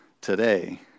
today